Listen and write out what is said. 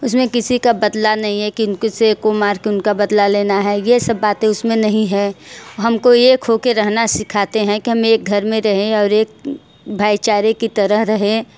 उसमें किसी का बदला नहीं है कि किसी को मार के उनका बदला लेना है ये सब बातें उसमें नहीं है हम को एक हो कर रहना सिखाते हैं कि हम एक घर में रहें और एक भाई चारे की तरह रहें